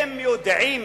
הם יודעים,